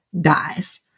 dies